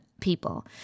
people